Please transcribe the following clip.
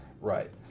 Right